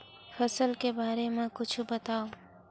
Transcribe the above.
फसल के बारे मा कुछु बतावव